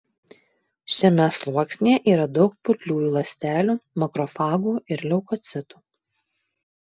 šiame sluoksnyje yra daug putliųjų ląstelių makrofagų ir leukocitų